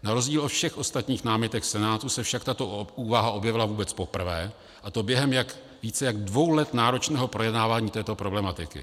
Na rozdíl od všech ostatních námitek Senátu se však tato úvaha objevila vůbec poprvé, a to během více jak dvou let náročného projednávání této problematiky.